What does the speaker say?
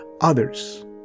others